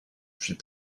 puis